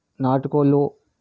నాటు కోళ్లు